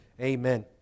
amen